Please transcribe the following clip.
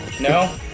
No